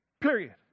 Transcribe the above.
Period